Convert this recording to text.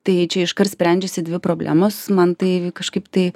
tai čia iškart sprendžiasi dvi problemos man tai kažkaip tai